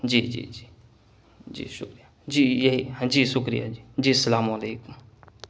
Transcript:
جی جی جی جی شکریہ جی یہی جی شکریہ جی جی السلام علیکم